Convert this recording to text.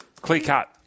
Clear-cut